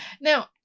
Now